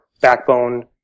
Backbone